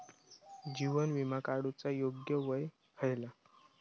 जीवन विमा काडूचा योग्य वय खयला?